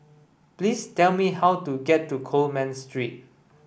please tell me how to get to Coleman Street